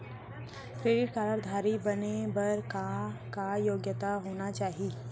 Credit card धारी बने बर का का योग्यता होना चाही?